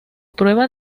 prueba